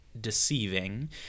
deceiving